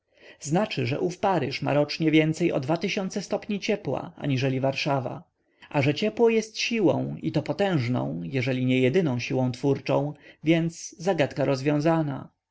znaczy że ów paryż ma rocznie więcej o ciepła aniżeli warszawa a że ciepło jest siłą i to potężną jeżeli nie jedyną siłą twórczą więc zagadka rozwiązana